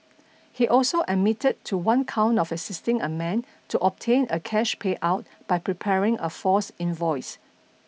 he also admitted to one count of assisting a man to obtain a cash payout by preparing a false invoice